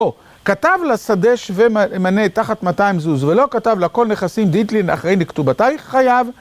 כתב לה שדה שוה מנה תחת מאתיים זוז, ולא כתב לה "כל נכסים דאית לי אחראין לכתובותייך" - חייב.